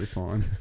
fine